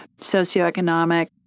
socioeconomic